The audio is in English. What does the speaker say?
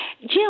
Jim